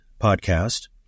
podcast